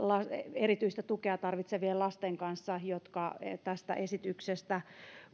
erityistä tukea tarvitsevien lasten kanssa jotka tästä esityksestä